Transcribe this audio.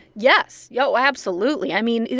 yes. yeah oh, absolutely. i mean,